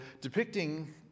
depicting